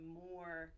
more